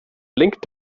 blinkt